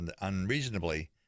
unreasonably